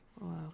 Wow